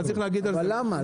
אבל למה?